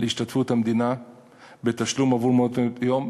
להשתתפות המדינה בתשלום עבור מעונות-יום.